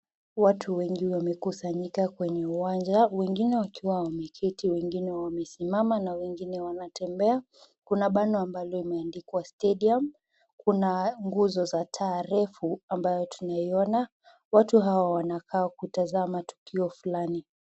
Watu wengi wamekusanyika kwenye uwanja, wengine wakiwa wameketi wengine wakiwa wamesimama na wengine wanatembea, Kuna pango ambalo limeandikwa stadium Kuna nguo za taa refu. Hii ambayo tumeona wanataka kutazama kutazama tukio Fulani.